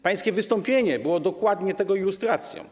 Pańskie wystąpienie było dokładnie tego ilustracją.